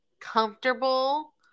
comfortable